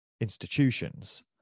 institutions